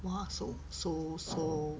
!wah! so so so